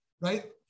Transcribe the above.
right